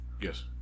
Yes